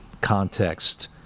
context